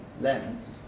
lens